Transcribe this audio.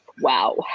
Wow